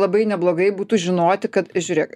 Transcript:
labai neblogai būtų žinoti kad žiūrėk